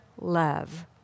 love